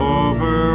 over